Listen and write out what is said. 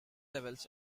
levels